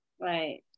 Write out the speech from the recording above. Right